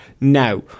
Now